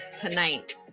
tonight